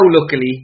luckily